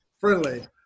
friendly